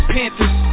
Panthers